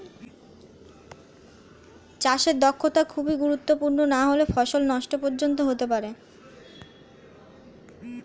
চাষে দক্ষতা খুবই গুরুত্বপূর্ণ নাহলে ফসল নষ্ট পর্যন্ত হতে পারে